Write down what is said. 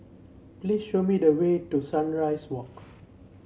please show me the way to Sunrise Walk